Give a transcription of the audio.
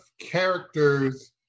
characters